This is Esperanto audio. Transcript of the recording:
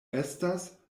estas